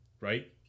right